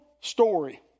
story